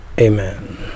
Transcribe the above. Amen